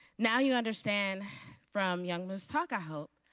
now, you understand from youngmoo's talk, i hope,